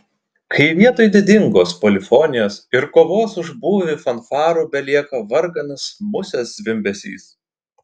kai vietoj didingos polifonijos ir kovos už būvį fanfarų belieka varganas musės zvimbesys